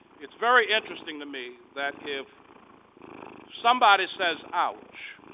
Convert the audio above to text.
it's very interesting to me that if somebody says ouch